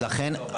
אז לכן,